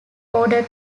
order